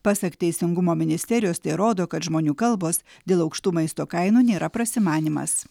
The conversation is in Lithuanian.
pasak teisingumo ministerijos tai rodo kad žmonių kalbos dėl aukštų maisto kainų nėra prasimanymas